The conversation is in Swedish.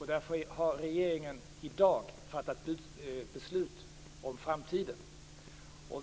Därför har regeringen i dag fattat beslut om framtiden.